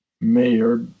Mayor